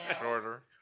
Shorter